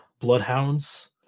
bloodhounds